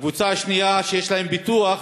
הקבוצה השנייה, שיש לה ביטוח,